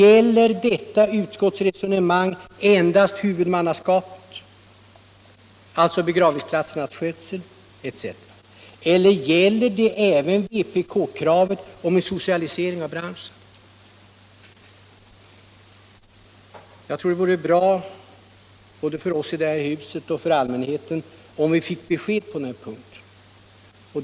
Gäller detta resonemang endast huvudmannaskapet, alltså begravningsplatsernas skötsel etc., eller gäller det även vpk-kravet om en socialisering av branschen? Jag tror att det vore bra, både för oss i det här huset och för allmänheten, om vi fick besked på denna punkt.